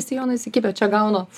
į sijoną įsikibę čia gauna